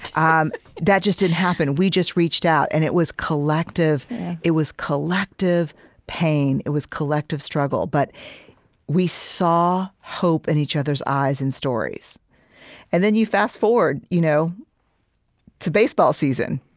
um that just didn't happen. we just reached out. and it was collective it was collective pain it was collective struggle. but we saw hope in each other's eyes and stories and then you fast-forward you know to baseball season,